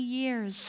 years